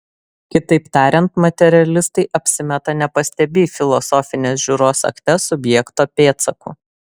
kitaip tariant materialistai apsimeta nepastebį filosofinės žiūros akte subjekto pėdsakų